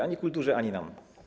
Ani kulturze, ani nam.